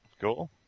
Cool